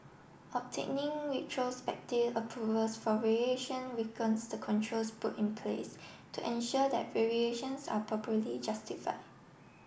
obtaining retrospective approvals for variation weakens the controls put in place to ensure that variations are properly justify